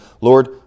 Lord